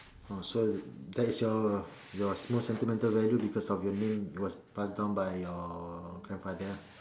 oh so that's your your small sentimental value because of your name was passed down by your grandfather lah